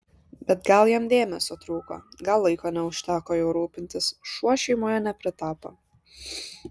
bet gal jam dėmesio trūko gal laiko neužteko juo rūpintis šuo šeimoje nepritapo